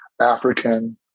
African